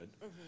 good